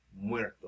muerto